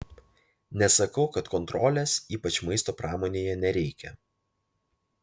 nesakau kad kontrolės ypač maisto pramonėje nereikia